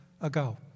ago